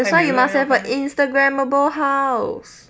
that's why you must have an instagramable house